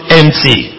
empty